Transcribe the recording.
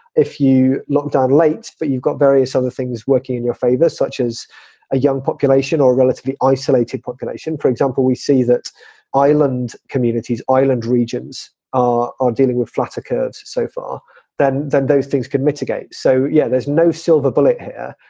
if you lock down late, but you've got various other things working in your favor, such as a young population or relatively isolated population, for example, we see that island communities, island regions are are dealing with flatter curves so far then that those things can mitigate. so, yeah, there's no silver bullet here.